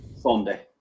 Sunday